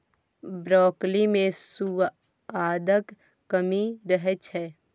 broccoli मे सुआदक कमी रहै छै